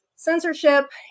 censorship